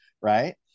right